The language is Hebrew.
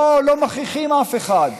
לא מכריחים אף אחד.